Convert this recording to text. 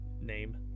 name